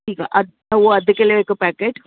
ठीकु आहे अ उहो अधु किले जो हिकु पैकेट